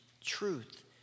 truth